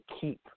keep